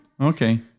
Okay